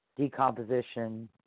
Decomposition